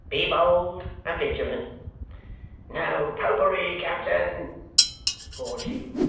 be bold and vigilant no popery, captain roared hugh.